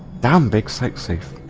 than big sixty